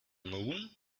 moon